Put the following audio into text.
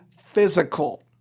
physical